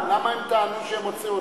למה הם טענו שהם עוצרים אותם?